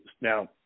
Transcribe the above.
now